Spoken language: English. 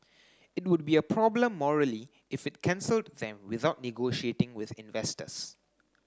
it would be a problem morally if it cancelled them without negotiating with investors